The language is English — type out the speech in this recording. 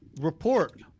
Report